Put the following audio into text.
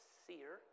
seer